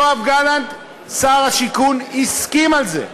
יואב גלנט, שר השיכון, הסכים לזה.